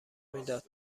میداد